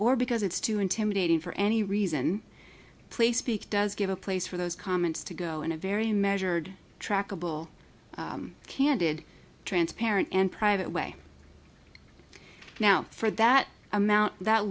or because it's too intimidating for any reason place speak does give a place for those comments to go in a very measured trackable candid transparent and private way now for that amount that